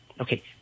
Okay